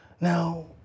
now